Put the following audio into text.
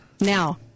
Now